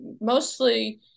mostly